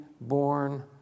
born